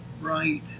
right